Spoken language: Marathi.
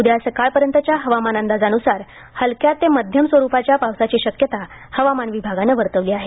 उद्या सकाळपर्यंतच्या हवामान अंदाजान्सार हलक्या ते मध्यम स्वरुपाच्या पावसाची शक्यता हवामान विभागानं वर्तवली आहे